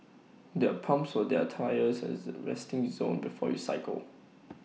there are pumps for their tyres as resting zone before you cycle